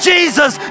Jesus